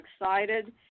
excited